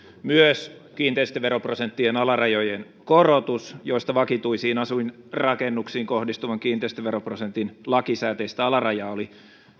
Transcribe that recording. myös kiinteistöveroprosenttien alarajojen korotus joista vakituisiin asuinrakennuksiin kohdistuvan kiinteistöveroprosentin lakisääteistä alarajaa oli